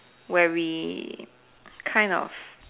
where we kind of